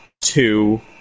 two